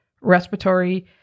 respiratory